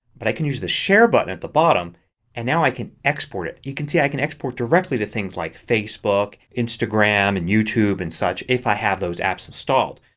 but i can use the share button at the bottom and now i can export it. you can see i can export directly to things like facebook, instagram, and youtube and such if i have those apps installed.